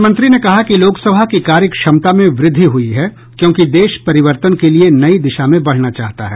प्रधानमंत्री ने कहा कि लोकसभा की कार्य क्षमता में वृद्धि हुई है क्योंकि देश परिवर्तन के लिए नई दिशा में बढ़ना चाहता है